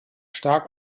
stark